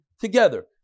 together